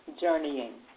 journeying